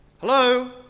Hello